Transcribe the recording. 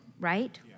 right